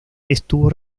estuvo